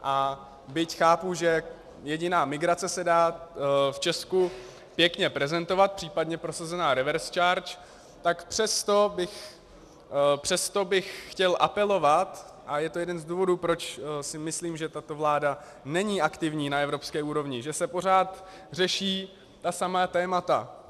A byť chápu, že jediná migrace se dá v Česku pěkně prezentovat, případně prosazená reverse charge, tak přesto bych chtěl apelovat, a je to jeden z důvodů, proč si myslím, že tato vláda není aktivní na evropské úrovni, že se pořád řeší ta samá témata.